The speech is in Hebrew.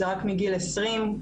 זה רק מגיל 20,